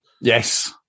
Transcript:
yes